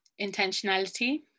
intentionality